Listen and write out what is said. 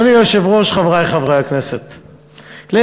אנחנו